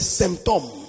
symptoms